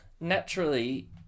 naturally